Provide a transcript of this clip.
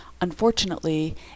unfortunately